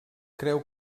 creu